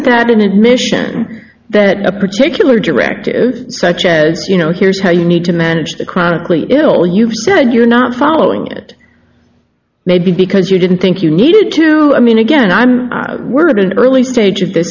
that an admission that a particular directive such as you know here's how you need to manage the chronically ill you said you're not following it maybe because you didn't think you needed to i mean again i'm worried an early stage of this